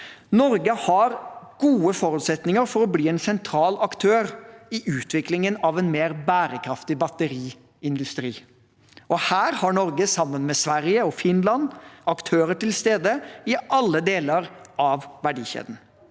Norge gode forutsetninger for å bli en sentral aktør i utviklingen av en mer bærekraftig batteriindustri, og her har Norge, sammen med Sverige og Finland, aktører til stede i alle deler av verdikjeden.